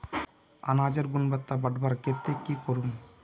अनाजेर गुणवत्ता बढ़वार केते की करूम?